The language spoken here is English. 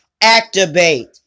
activate